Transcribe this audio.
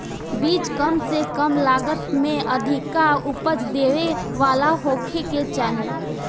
बीज कम से कम लागत में अधिका उपज देवे वाला होखे के चाही